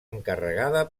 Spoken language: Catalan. encarregada